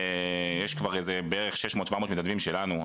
יש בערך 700-600 מתנדבים שלנו.